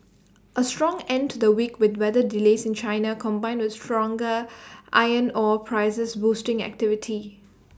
A strong end to the week with weather delays in China combined with stronger iron ore prices boosting activity